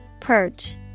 Perch